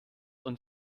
und